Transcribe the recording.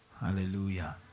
Hallelujah